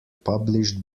published